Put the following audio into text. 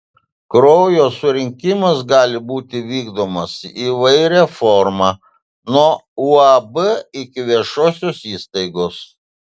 kraujo surinkimas gali būti vykdomas įvairia forma nuo uab iki viešosios įstaigos